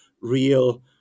real